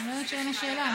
אומרת שאין לה שאלה.